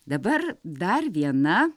dabar dar viena